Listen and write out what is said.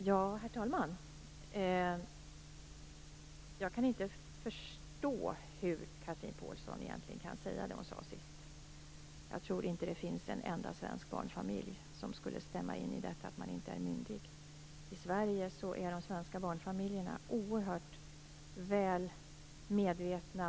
Herr talman! Jag kan egentligen inte förstå hur Chatrine Pålsson kan säga det som hon sade sist i sitt inlägg. Jag tror inte att det finns en enda svensk barnfamilj som skulle instämma i att den inte är myndig. I Sverige är barnfamiljerna oerhört väl medvetna.